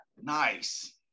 Nice